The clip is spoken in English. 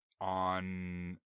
On